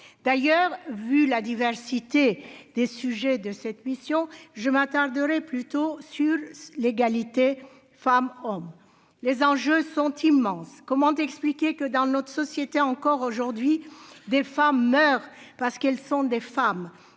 d'ailleurs, vu la diversité des sujets de cette mission je m'attarderai plutôt sur l'égalité femmes-hommes, les enjeux sont immenses : comment expliquer que, dans notre société encore aujourd'hui des femmes meurent parce qu'elles sont des femmes